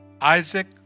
Isaac